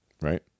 right